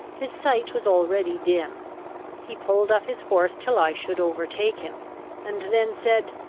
his sight was already dim he pulled up his horse till i should overtake him and then said,